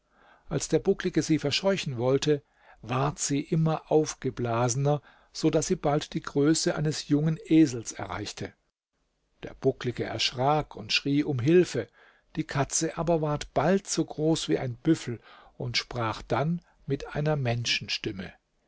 als der bucklige sie verscheuchen wollte ward sie immer aufgeblasener so daß sie bald die größe eines jungen esels erreichte der bucklige erschrak und schrie um hilfe die katze aber ward bald so groß wie ein büffel und sprach dann mit einer